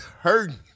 hurting